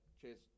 cheers